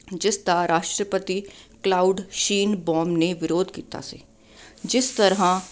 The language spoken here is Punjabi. ਜਿਸ ਦਾ ਰਾਸ਼ਟਰਪਤੀ ਕਲਾਊਡ ਸ਼ੀਨਬੋਮ ਨੇ ਵਿਰੋਧ ਕੀਤਾ ਸੀ ਜਿਸ ਤਰ੍ਹਾਂ